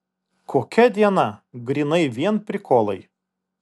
kokia diena grynai vien prikolai